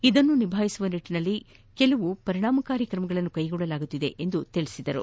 ಇದನ್ನು ನಿಭಾಯಿಸುವ ನಿಟ್ಟನಲ್ಲಿ ಕೆಲವು ಪರಿಣಾಮಕಾರಿ ಕ್ರಮಗಳನ್ನು ಕೈಗೊಳ್ಳಲಾಗುತ್ತಿದೆ ಎಂದರು